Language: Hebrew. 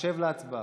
השב להצבעה.